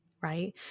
right